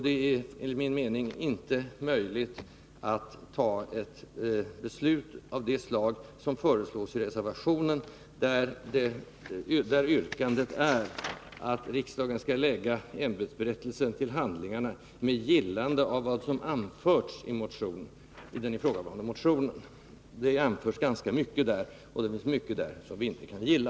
Det är enligt min mening inte möjligt att fatta ett beslut av det slag som föreslås i reservationen, där yrkandet är att riksdagen skall lägga ämbetsberättelsen till handlingarna med gillande av vad som anförs i den ifrågavarande motionen. Det anförs ganska mycket där, och det finns mycket där som vi inte kan gilla.